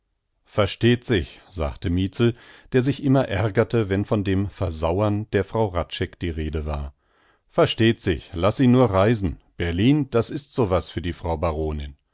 versteht sich sagte mietzel der sich immer ärgerte wenn von dem versauern der frau hradscheck die rede war versteht sich laß sie nur reisen berlin das ist so was für die frau baronin